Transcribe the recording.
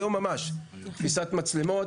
היום ממש, על כניסת מצלמות.